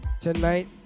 tonight